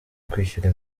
kwishyura